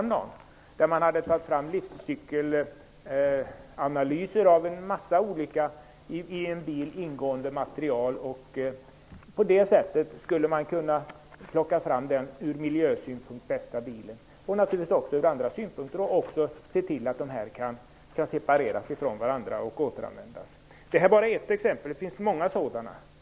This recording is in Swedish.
Man hade där tagit fram livscykelanalyser av en mängd olika i en bil ingående material. På det sättet skulle man kunna peka ut bl.a. den miljömässigt bästa bilen med tanke på att materialen skall kunna separeras från varandra och återanvändas. Det är bara ett exempel bland många.